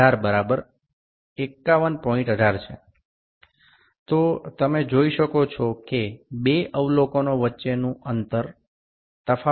অর্থাৎ আপনি দেখতে পাচ্ছেন যে দুটি পর্যবেক্ষণের মধ্যে ০১ মিমি এর পার্থক্য